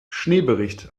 schneebericht